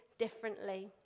differently